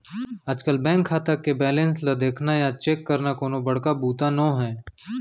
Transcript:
आजकल बेंक खाता के बेलेंस ल देखना या चेक करना कोनो बड़का बूता नो हैय